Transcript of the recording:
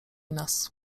nas